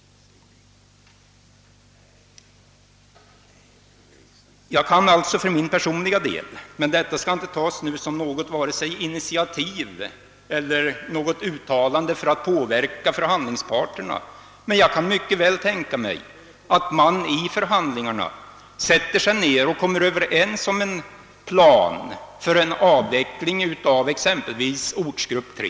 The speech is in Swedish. Jag kan alltså för min personliga del — utan att detta skall tas såsom vare sig ett initiativ eller ett uttalande för att påverka förhandlingsparterna — mycket väl tänka mig att man i förhandlingarna kommer överens om en plan för en avveckling av exempelvis ortsgrupp 3.